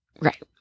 Right